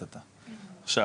עכשיו,